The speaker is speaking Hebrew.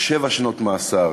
ושבע שנות מאסר,